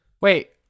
Wait